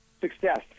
success